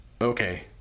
Okay